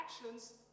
actions